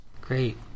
Great